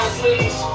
please